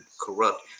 corrupt